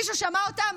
מישהו שמע אותם?